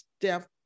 step